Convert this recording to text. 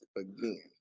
again